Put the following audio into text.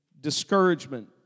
discouragement